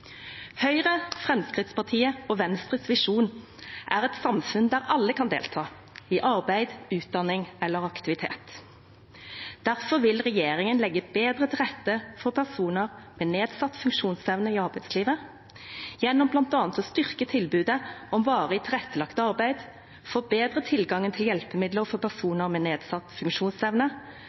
Høyre, Fremskrittspartiet og Venstres visjon er et samfunn der alle kan delta – i arbeid, utdanning eller aktivitet. Derfor vil regjeringen legge bedre til rette for personer med nedsatt funksjonsevne i arbeidslivet gjennom bl.a. å styrke tilbudet om varig tilrettelagt arbeid, forbedre tilgangen til hjelpemidler for personer med nedsatt funksjonsevne,